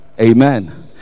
Amen